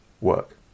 work